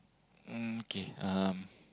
mm okay um